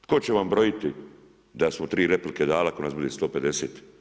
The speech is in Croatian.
Tko će vam brojiti da smo tri replike dali ako nas bude 150?